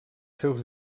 seus